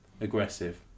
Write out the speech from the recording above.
aggressive